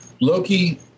Loki